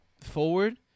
Forward